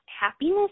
happiness